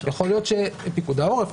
אולי פיקוד העורף.